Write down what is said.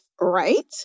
right